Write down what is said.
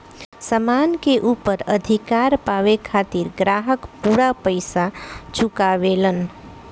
सामान के ऊपर अधिकार पावे खातिर ग्राहक पूरा पइसा चुकावेलन